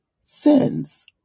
sins